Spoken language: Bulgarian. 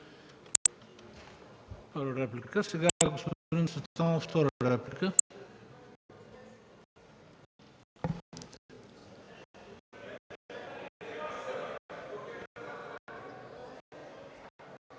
Първа реплика. Сега господин Цветанов – втора реплика.